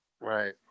Right